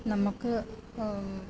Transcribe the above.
നമ്മുക്ക്